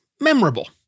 memorable